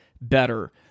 better